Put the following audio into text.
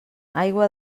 aigua